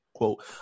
quote